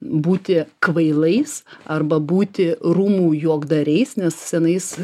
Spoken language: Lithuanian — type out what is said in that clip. būti kvailais arba būti rūmų juokdariais nes senais